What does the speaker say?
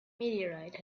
meteorite